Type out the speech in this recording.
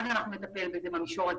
אז נטפל בזה במישור הזה.